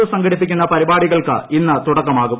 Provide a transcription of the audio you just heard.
S സംഘടിപ്പിക്കുന്ന പരിപാടികൾക്ക് ഇന്ന് തുടക്കമാകും